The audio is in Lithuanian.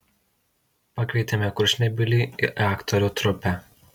pakvietėme kurčnebylį į aktorių trupę